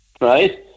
right